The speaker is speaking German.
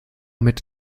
mit